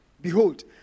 behold